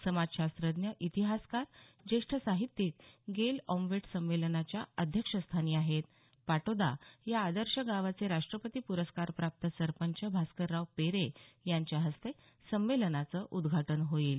समाजशास्त्रज्ञ इतिहासकार ज्येष्ठ साहित्यिक गेल ऑम्वेट संमेलनाच्या अध्यक्षस्थानी आहेत पाटोदा या आदर्श गावाचे राष्ट्रपती पुरस्कार प्राप्त सरपंच भास्करराव पेरे यांच्या हस्ते संमेलनाचं उद्घाटन होईल